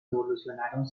evolucionaron